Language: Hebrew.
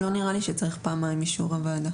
לא נראה לי שצריך פעמיים אישור הוועדה,